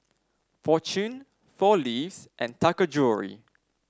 Fortune Four Leaves and Taka Jewelry